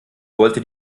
wollte